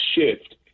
shift